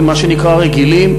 מה שנקרא "רגילים",